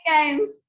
games